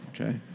Okay